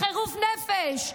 בחירוף נפש,